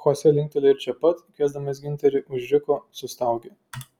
chose linktelėjo ir čia pat kviesdamas giunterį užriko sustaugė